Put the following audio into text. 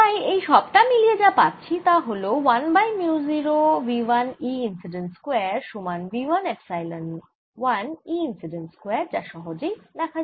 তাই এই সবটা মিলিয়ে যা পাচ্ছি তা হল 1 by mu 0 v 1 E incident square সমান v 1 epsilon 1 E incident square যা সহজেই দেখা যায়